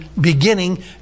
beginning